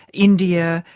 india,